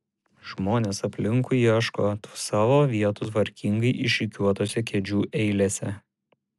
žmonės aplinkui ieško savo vietų tvarkingai išrikiuotose kėdžių eilėse